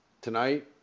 tonight